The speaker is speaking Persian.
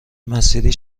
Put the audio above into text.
مسیری